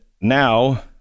now